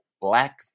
black